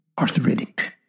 arthritic